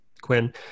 Quinn